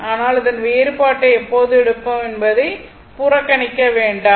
ஆனால் அதன் வேறுபாட்டை எப்போது எடுப்போம் என்பதைப் புறக்கணிக்க வேண்டாம்